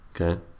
Okay